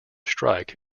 strike